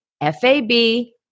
F-A-B